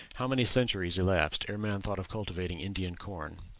how many centuries elapsed ere man thought of cultivating indian corn?